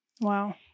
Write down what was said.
Wow